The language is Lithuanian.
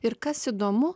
ir kas įdomu